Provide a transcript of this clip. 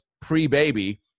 pre-baby